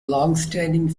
longstanding